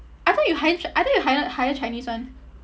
I thought you higher ch~ I thought you higher higher chinese [one]